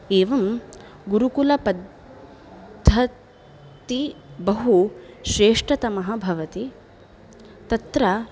एवं गुरुकुलपद्धति बहु श्रेष्ठतमः भवति तत्र